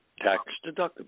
tax-deductible